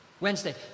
Wednesday